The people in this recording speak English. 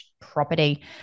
property